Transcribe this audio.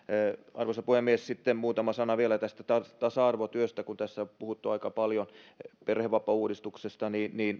arvoisa puhemies sitten muutama sana vielä tasa arvotyöstä kun tässä on puhuttu aika paljon perhevapaauudistuksesta